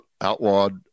outlawed